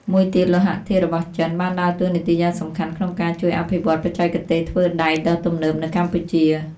មួយទៀតលោហៈធាតុរបស់ចិនបានដើរតួនាទីយ៉ាងសំខាន់ក្នុងការជួយអភិវឌ្ឍបច្ចេកទេសធ្វើដែកដ៏ទំនើបនៅកម្ពុជា។